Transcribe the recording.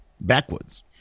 Backwards